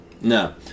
No